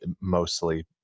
mostly